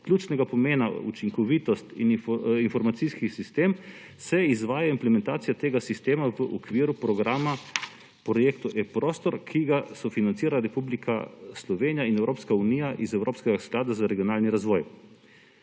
ključnega pomena učinkovit informacijski sistem, se izvaja implementacija tega sistema v okviru programa projekta eProstor, ki ga sofinancira Republika Slovenija in Evropska unija iz Evropskega sklada za regionalni razvoj.